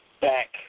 back